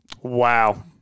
Wow